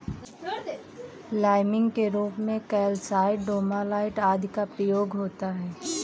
liming के रूप में कैल्साइट, डोमालाइट आदि का प्रयोग होता है